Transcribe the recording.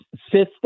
system